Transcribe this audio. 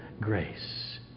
grace